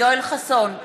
יואל חסון,